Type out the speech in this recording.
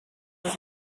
was